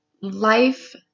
life